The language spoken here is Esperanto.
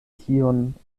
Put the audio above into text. tiun